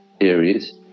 areas